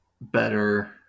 better